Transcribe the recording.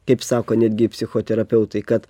kaip sako netgi psichoterapeutai kad